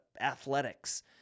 athletics